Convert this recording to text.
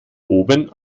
oben